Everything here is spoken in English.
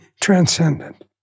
transcendent